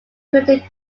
crater